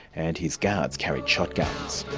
and his guards carried shotguns.